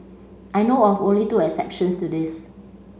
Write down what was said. I know of only two exceptions to this